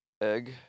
Egg